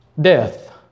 death